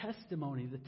testimony